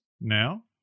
now